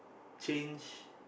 change